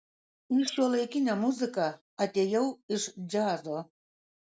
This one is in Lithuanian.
į šiuolaikinę muziką atėjau iš džiazo